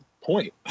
point